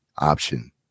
option